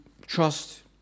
trust